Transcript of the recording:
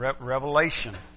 revelation